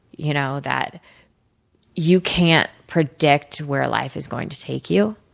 you know that you can't predict where life is going to take you.